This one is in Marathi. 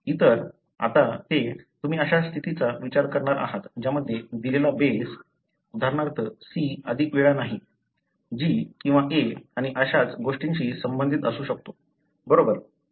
इतर आता ते तुम्ही अशा स्थितीचा विचार करणार आहात ज्यामध्ये दिलेला बेस उदाहरणार्थ C अधिक वेळा नाही G किंवा A आणि अशाच गोष्टींशी संबंधित असू शकतो बरोबर